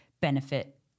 benefit